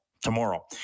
tomorrow